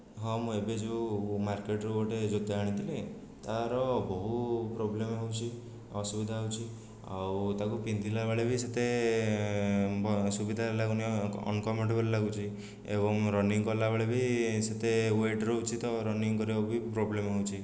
ହଁ ମୁଁ ଏବେ ଯେଉଁ ମାର୍କେଟ୍ରୁ ଗୋଟିଏ ଜୋତା ଆଣିଥିଲି ତାର ବହୁ ପ୍ରୋବ୍ଲେମ୍ ହେଉଛି ଅସୁବିଧା ହେଉଛି ଆଉ ତାକୁ ପିନ୍ଧିଲା ବେଳେ ବି ସେତେ ବ ସୁବିଧା ଲାଗୁନି ଅନ୍କମ୍ଫଟେବୁଲ୍ ଲାଗୁଛି ଏବଂ ରନିଙ୍ଗ୍ କଲାବେଳେ ବି ସେତେ ୱେଟ୍ ରହୁଛି ତ ରନିଙ୍ଗ୍ କରିବାକୁ ବି ପ୍ରୋବ୍ଲେମ୍ ହେଉଛି